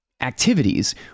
activities